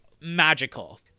magical